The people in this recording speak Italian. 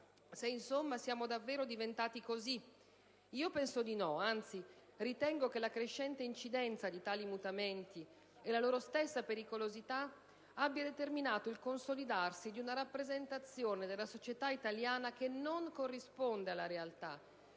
se insomma siamo davvero diventati così. Io penso di no, anzi, ritengo che la crescente incidenza di tali mutamenti - e la loro stessa pericolosità - abbia determinato il consolidarsi di una rappresentazione della società italiana che non corrisponde alla realtà,